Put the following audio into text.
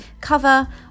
cover